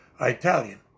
Italian